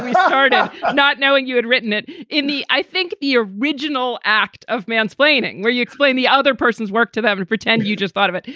hard yeah not knowing you had written it in the. i think the original act of mansplaining where you explain the other person's work to them to pretend you just thought of it.